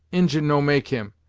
injin no make him.